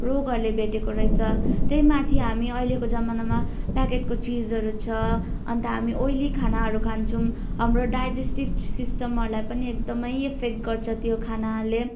रोगहरूले भेटेको रहेछ त्यही माथि हामी अहिलेको जमानामा प्याकेटको चिजहरू छ अन्त हामी ओयली खानहरू खान्छौँ हाम्रो डाइजेस्टिभ सिस्टमहरूलाई पनि एकदमै इफेक्ट गर्छ त्यो खानाहरूले